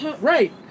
Right